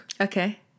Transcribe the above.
Okay